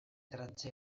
trantze